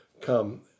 Come